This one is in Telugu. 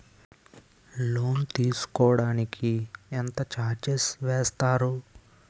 లోన్ తీసుకోడానికి ఎంత చార్జెస్ వేస్తారు?